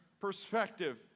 perspective